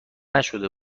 نشده